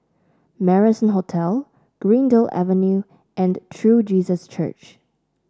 Marrison Hotel Greendale Avenue and True Jesus Church